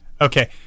okay